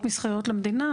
קרקעות מסחריות למדינה,